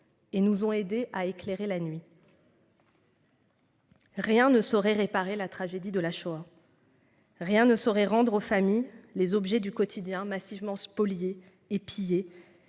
et nous ont aidé à éclairer la nuit. Rien ne saurait réparer la tragédie de la Shoah. Rien ne saurait rendre aux familles les objets du quotidien massivement spoliés et pillé